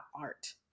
art